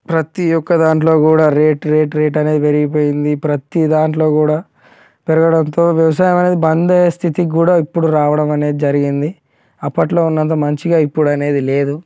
ప్రతి ఒక్క దాంట్లో కూడా రేట్ రేట్ రేట్ అనేది పెరిగిపోయింది ప్రతి దాంట్లో కూడా పెరగడంతో వ్యవసాయం అనేది బంద్ అయ్యే స్థితికి కూడా ఇప్పుడు రావడం అనేది జరిగింది అప్పట్లో ఉన్నంత మంచిగా ఇప్పుడు అనేది లేదు